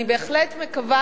אני בהחלט מקווה,